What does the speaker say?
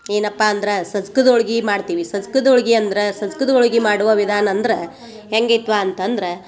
ಏನಪ್ಪ ಅಂದ್ರೆ ಸಜ್ಕದ ಹೋಳ್ಗಿ ಮಾಡ್ತೀವಿ ಸಜ್ಕದ ಹೋಳ್ಗಿ ಅಂದ್ರ ಸಸ್ಕದ ಹೋಳ್ಗಿ ಮಾಡುವ ವಿಧಾನ ಅಂದ್ರೆ ಹೆಂಗಿತ್ವಾ ಅಂತಂದ್ರೆ